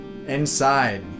Inside